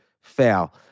fail